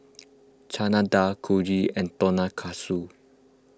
Chana Dal Kulfi and Tonkatsu